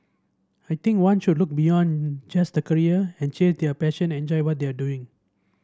I think one should look beyond just a career and chase their passion and enjoy what they are doing